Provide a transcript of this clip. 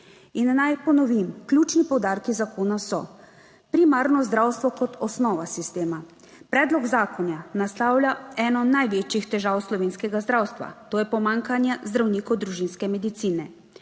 In naj ponovim, ključni poudarki zakona so: primarno zdravstvo kot osnova sistema, predlog zakona naslavlja eno največjih težav slovenskega zdravstva, to je pomanjkanje zdravnikov družinske medicine.